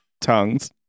tongues